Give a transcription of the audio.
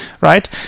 Right